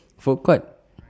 food court